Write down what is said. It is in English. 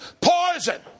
poison